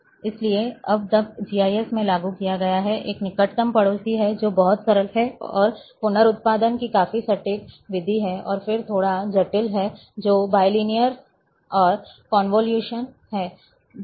इसलिए अब तक जीआईएस में लागू किया गया है एक निकटतम पड़ोसी है जो बहुत सरल है और पुनरुत्थान की काफी सटीक विधि है और फिर थोड़ा जटिल है जो बिलिनियर और क्यूबिक कनवल्शन है